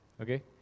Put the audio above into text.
Okay